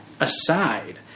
aside –